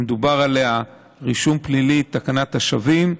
שמדובר עליה, רישום פלילי ותקנת השבים,